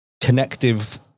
connective